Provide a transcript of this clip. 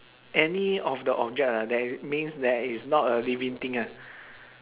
any of the object ah that means that is not a living thing ah